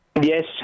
Yes